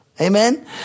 Amen